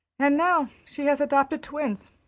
and now she has adopted twins.